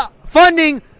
funding